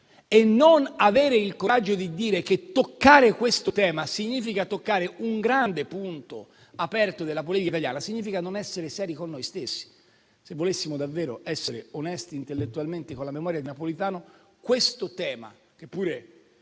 Non avere il coraggio di dire che toccare questo tema significa toccare un grande punto aperto della politica italiana significa non essere seri con noi stessi. Se volessimo davvero essere intellettualmente onesti con la memoria di Napolitano, questo - che pure